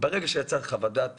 ברגע שיצאה חוות דעת